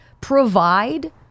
provide